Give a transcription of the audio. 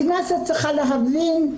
הכנסת צריכה להבין,